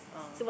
oh